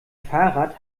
fahrrad